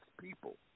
people